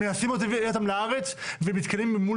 מנסים להביא אותם לארץ ונתקלים אל מול